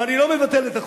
ואני לא מבטל את החוק,